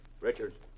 Richard